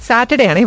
Saturday